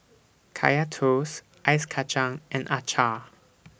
Kaya Toast Ice Kachang and Acar